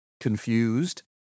confused